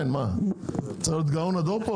צריך להיות גאון הדור?